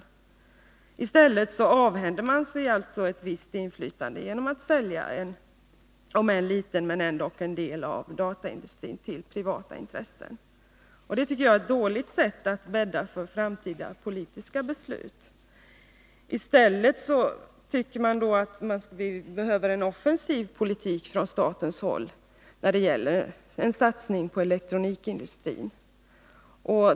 Men i stället avhänder man sig alltså ett visst inflytande genom att sälja en, om än liten, del av dataindustrin till privata intressen. Det tycker jag är ett dåligt sätt att bädda för framtida politiska beslut. Vi behöver en offensiv politik från statens håll när det gäller en satsning på elektronikindustrin.